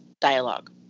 dialogue